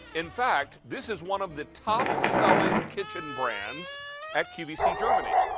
in fact, this is one of the top selling kitchen brands at qvc germany,